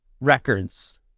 Records